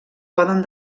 poden